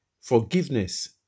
Forgiveness